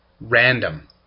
random